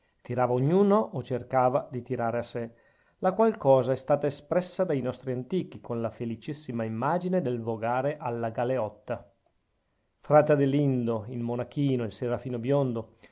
tirava ognuno o cercava di tirare a sè la qual cosa è stata espressa dai nostri antichi con la felicissima immagine del vogare alla galeotta frate adelindo il monachino il serafino biondo